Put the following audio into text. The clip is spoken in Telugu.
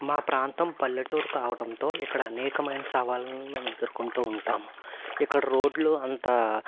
మా ప్రాంతం పల్లెటూరు కావటంతో ఇక్కడ అనేకమైన సవాళ్ళను మేము ఎదుర్కొంటూ ఉంటాము ఇక్కడ రోడ్లు అంత